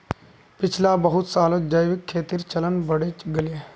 पिछला बहुत सालत जैविक खेतीर चलन बढ़े गेले